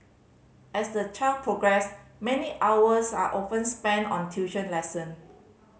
as the children progress many hours are often spent on tuition lesson